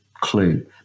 clue